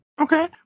Okay